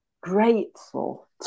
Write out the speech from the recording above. grateful